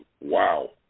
Wow